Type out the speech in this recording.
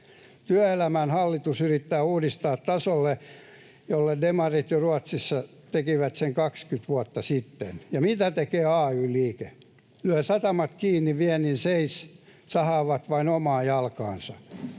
Työelämää hallitus yrittää uudistaa tasolle, jonne demarit Ruotsissa veivät sen jo 20 vuotta sitten. Ja mitä tekee ay-liike? Lyö satamat kiinni ja viennin seis. Sahaavat vain omaa jalkaansa,